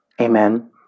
Amen